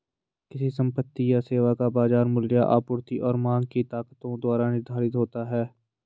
किसी संपत्ति या सेवा का बाजार मूल्य आपूर्ति और मांग की ताकतों द्वारा निर्धारित होता है